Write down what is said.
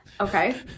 Okay